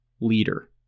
leader